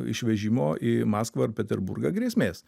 išvežimo į maskvą ar peterburgą grėsmės